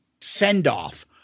send-off